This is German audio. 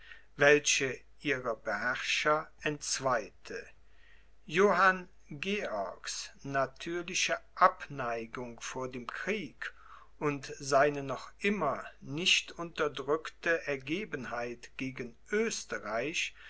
welche ihre beherrscher entzweite johann georgs natürliche abneigung vor dem krieg und seine noch immer nicht unterdrückte ergebenheit gegen